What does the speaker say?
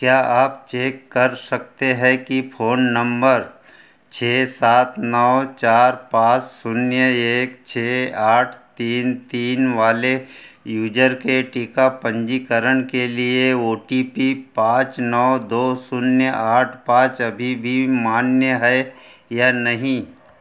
क्या आप चेक कर सकते हैं कि फोन नंबर छः सात नौ चार पाँच शून्य एक छः आठ तीन तीन वाले यूजर के टीका पंजीकरण के लिए ओ टी पी पाँच नौ दो शून्य आठ पाँच अभी भी मान्य है या नहीं